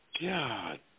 God